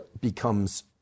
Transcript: becomes